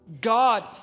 God